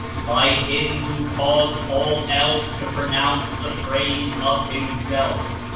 by him who caused all else to pronounce the praise of himself,